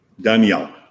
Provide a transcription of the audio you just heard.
Daniel